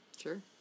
Sure